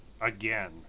again